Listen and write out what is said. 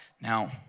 Now